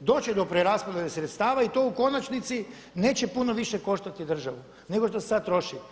doći će do preraspodjele sredstava i to u konačnici neće puno više koštati državu nego što sad troši.